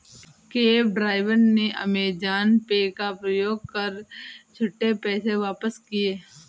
cab driver ने Amazon Pay का प्रयोग कर छुट्टे पैसे वापस किए